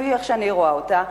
כפי שאני רואה אותה,